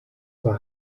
der